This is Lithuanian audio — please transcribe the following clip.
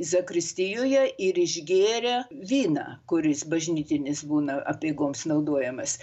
zakristijoje ir išgėrė vyną kuris bažnytinis būna apeigoms naudojamas